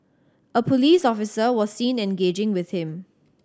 a police officer was seen engaging with him